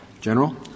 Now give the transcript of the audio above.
General